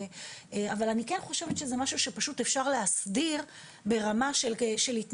אבל אני כן חושבת שזה משהו שפשוט אפשר להסדיר ברמה ההתנהלותית,